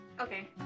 okay